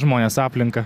žmones aplinką